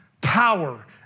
power